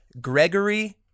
Gregory